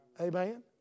Amen